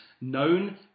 known